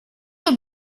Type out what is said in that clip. have